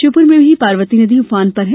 श्योपुर में भी पार्वती नदी ऊफान पर है